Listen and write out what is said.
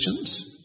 questions